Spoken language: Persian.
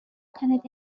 تنت